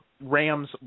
Rams